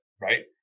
right